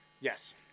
Yes